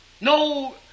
No